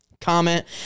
comment